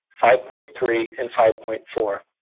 five point three, and five point four.